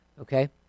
okay